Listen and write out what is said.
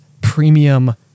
premium